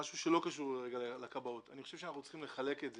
משהו שלא קשור לכבאות אני חושב שאנחנו צריכים לחלק את זה.